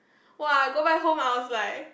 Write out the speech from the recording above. !woah! I go back home I was like